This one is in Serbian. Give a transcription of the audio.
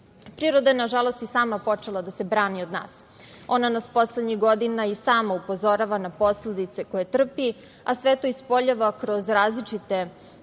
je, nažalost, i sama počela da se brani od nas. Ona nas poslednjih godina i sama upozorava na posledice koje trpi, a sve to ispoljava kroz različite